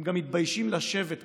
הם גם מתביישים לשבת פה,